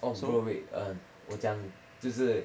oh bro wait 恩我讲就是